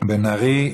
בן ארי.